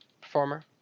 performer